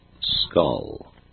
Skull